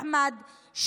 אחמד,